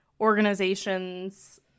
organizations